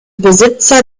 besitzer